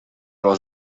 was